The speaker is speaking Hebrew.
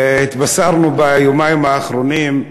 התבשרנו ביומיים האחרונים,